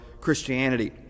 Christianity